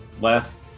last